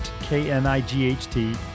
K-N-I-G-H-T